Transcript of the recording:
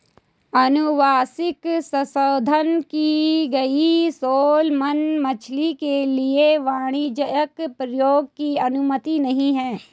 अनुवांशिक संशोधन की गई सैलमन मछली के लिए वाणिज्यिक प्रयोग की अनुमति नहीं है